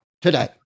today